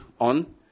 on